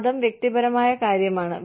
മതം വ്യക്തിപരമായ കാര്യമാണ്